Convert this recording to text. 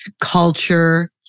culture